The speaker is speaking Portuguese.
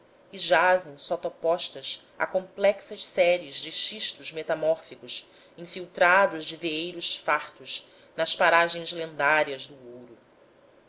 e jazem sotopostas a complexas séries de xistos metamórficos infiltrados de veeiros fartos nas paragens lendárias do ouro